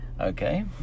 Okay